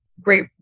great